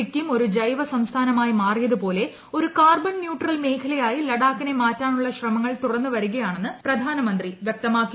സിക്കിം ഒരു ജൈവ സംസ്ഥാനം ആയി മാറിയത് പോലെ ഒരു കാർബൺ ന്യൂട്രൽ മേഖലയായി ലഡാക്കിനെ മാറ്റാനുള്ള ശ്രമങ്ങൾ തുടർന്നു വ്രിക്യാണെന്ന് പ്രധാനമന്ത്രി വ്യക്തമാക്കി